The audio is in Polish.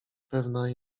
pewna